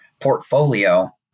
portfolio